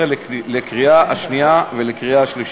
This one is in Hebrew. לקריאה שנייה וקריאה שלישית.